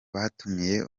batumiye